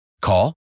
Call